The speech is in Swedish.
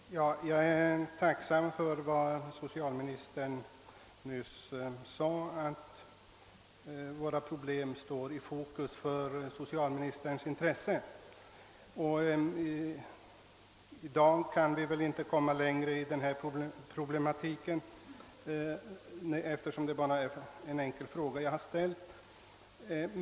Herr talman! Jag är tacksam för vad socialministern nyss sade om att våra problem står i fokus för socialministerns intresse. I dag kan vi väl inte heller tränga djupare in i denna problematik, eftersom det bara är en enkel fråga jag ställt.